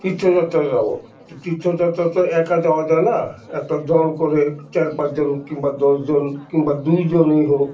তীর্থযাত্রা যাব তো তীর্থযাত্রা তো একা যাওয়া যায় না একটা দল করে চার পাঁচজন কিংবা দশজন কিংবা দুই জনেই হোক